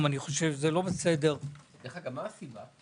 אני מבקש לומר שהעמדה שלי היא